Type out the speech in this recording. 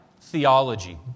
theology